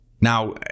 Now